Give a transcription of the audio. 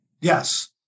Yes